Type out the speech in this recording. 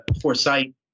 foresight